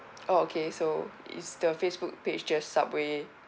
oh okay so is the facebook page just subway